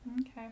okay